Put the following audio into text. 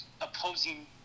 opposing